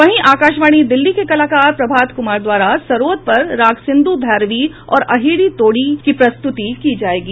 वहीं आकाशवाणी दिल्ली के कलाकार प्रभात कुमार द्वारा सरोद पर राग सिंधू भैरवी और अहिरी तोड़ी की प्रस्तुति की जायेगी